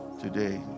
today